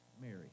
Mary